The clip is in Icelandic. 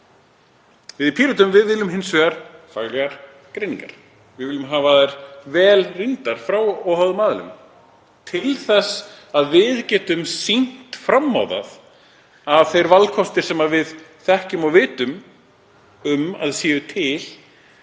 Við í Pírötum viljum hins vegar faglegar greiningar. Við viljum hafa þær vel rýndar og frá óháðum aðilum til þess að við getum sýnt fram á að þeir valkostir sem við þekkjum og vitum að eru til